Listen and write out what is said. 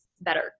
better